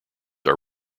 are